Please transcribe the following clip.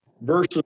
versus